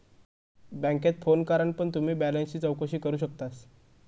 बॅन्केत फोन करान पण तुम्ही बॅलेंसची चौकशी करू शकतास